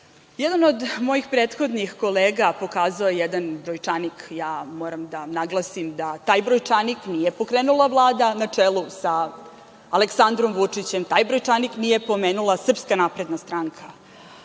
od mojih prethodnih kolega pokazao je jedan brojčanih. Ja moram da naglasim da taj brojčanih nije pokrenula Vlada na čelu sa Aleksandrom Vučićem, taj brojčanik nije pomenula Srpska napredna